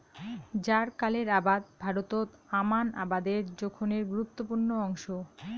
জ্বারকালের আবাদ ভারতত আমান আবাদের জোখনের গুরুত্বপূর্ণ অংশ